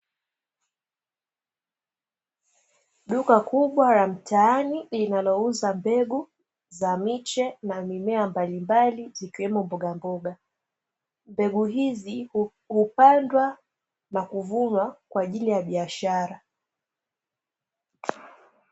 Duka kubwa la mtaani linalouza mbegu za miche na mimea mbalimbali zikiwemo mbogamboga, mbegu hizi hupandwa na kuvunwa kwa ajili ya biashara.